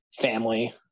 family